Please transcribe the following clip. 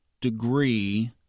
degree